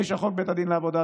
9. חוק בית הדין לעבודה,